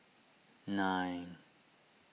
nine